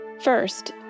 First